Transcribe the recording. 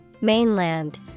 Mainland